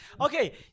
Okay